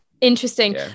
interesting